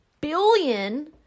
billion